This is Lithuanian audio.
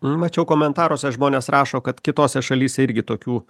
mačiau komentaruose žmonės rašo kad kitose šalyse irgi tokių